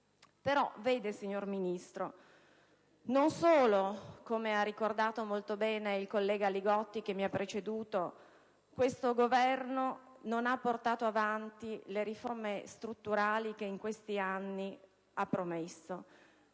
processi. Signor Ministro, come ha ricordato molto bene il collega Li Gotti, che mi ha preceduto, questo Governo non ha portato avanti né le riforme strutturali che in questi anni aveva promesso,